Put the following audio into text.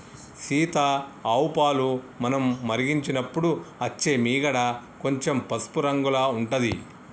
సీత ఆవు పాలు మనం మరిగించినపుడు అచ్చే మీగడ కొంచెం పసుపు రంగుల ఉంటది